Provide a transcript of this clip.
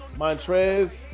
Montrez